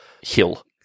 hill